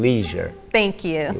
leisure thank you